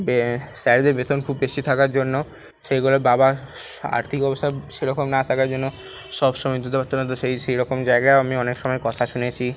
স্যারদের বেতন খুব বেশি থাকার জন্য সেগুলো বাবা আর্থিক অবস্থা সেরকম না থাকার জন্য সবসময় দিতে পাততো না তো সে সেইরকম জায়গায় আমি অনেক সময় কথা শুনেছি